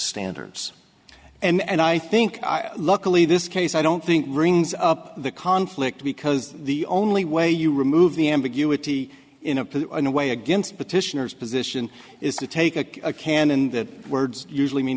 standards and i think luckily this case i don't think rings up the conflict because the only way you remove the ambiguity in a put in a way against petitioners position is to take a canon that words usually mean